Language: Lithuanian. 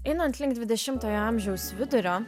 einant link dvidešimtojo amžiaus vidurio